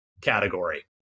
category